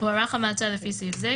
הוארך המעצר לפי סעיף זה,